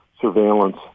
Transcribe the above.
surveillance